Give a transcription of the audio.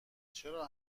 چرا